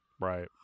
Right